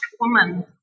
woman